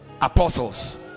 apostles